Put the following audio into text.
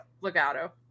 Legato